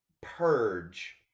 purge